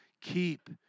keep